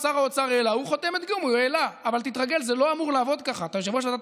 תהפכו את זה להוראת שעה, תהיה ועדת